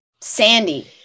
sandy